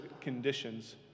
conditions